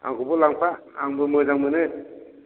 आंखौबो लांफा आंबो मोजां मोनो